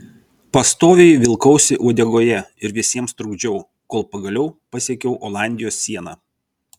pastoviai vilkausi uodegoje ir visiems trukdžiau kol pagaliau pasiekiau olandijos sieną